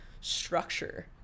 structure